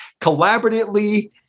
collaboratively